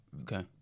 okay